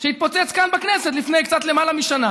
שהתפוצץ כאן בכנסת לפני קצת למעלה משנה,